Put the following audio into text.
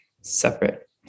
separate